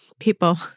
People